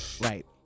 Right